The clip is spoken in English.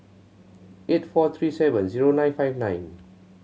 eight four three seven zero nine five nine